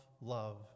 love